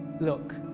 look